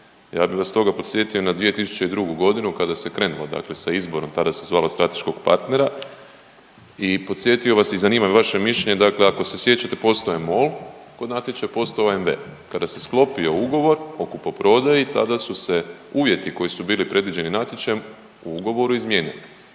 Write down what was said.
Ja bi vas stoga podsjetio na 2002.g. kada se krenulo dakle sa izborom, tada se zvalo strateškog partnera i podsjetio vas i zanima me vaše mišljenje dakle ako se sjećate postojao je MOL kod natječaja, postojao je OMV, kada se sklopio ugovor o kupoprodaji tada su se uvjeti koji su bili predviđeni natječajem u ugovoru izmijenili,